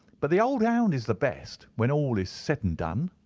but the old hound is the best, when all is said and done.